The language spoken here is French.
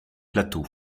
plateaux